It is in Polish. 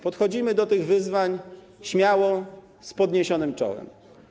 Podchodzimy do tych wyzwań śmiało, z podniesionym czołem.